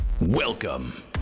Welcome